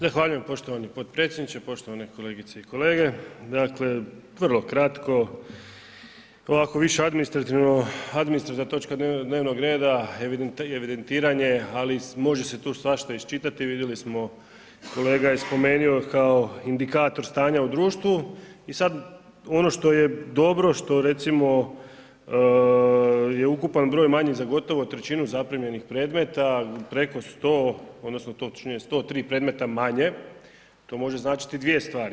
Zahvaljujem poštovani potpredsjedniče, poštovane kolegice i kolege, dakle vrlo kratko, ovako više administrativno, administrativna točka dnevnog reda evidentiranje, ali može se tu svašta iščitati, vidjeli smo kolega je spomenuo kao indikator stanja u društvu i sad ono što je dobro, što recimo je ukupan broj manji za gotovo 1/3 zaprimljenih predmeta, preko 100 odnosno točnije 103 predmeta manje, to može značiti dvije stvari.